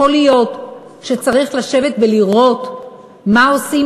יכול להיות שצריך לשבת ולראות מה עושים